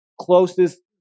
closest